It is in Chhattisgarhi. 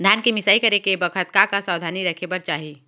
धान के मिसाई करे के बखत का का सावधानी रखें बर चाही?